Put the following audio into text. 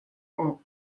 awk